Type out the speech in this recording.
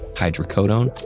hydrocodone,